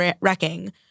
wrecking